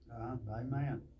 Amen